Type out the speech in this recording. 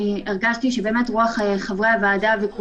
אני פותח את ישיבת הוועדה בנושא: